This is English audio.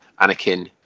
anakin